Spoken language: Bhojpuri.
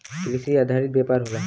कृषि आधारित व्यापार होला